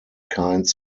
kinds